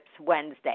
wednesday